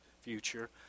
future